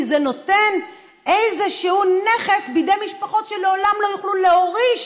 כי זה נותן איזשהו נכס בידי משפחות שלעולם לא יוכלו להוריש